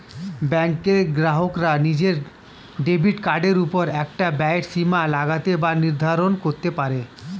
ব্যাঙ্কের গ্রাহকরা নিজের ডেবিট কার্ডের ওপর একটা ব্যয়ের সীমা লাগাতে বা নির্ধারণ করতে পারে